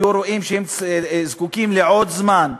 היו רואים שהם זקוקים לעוד זמן,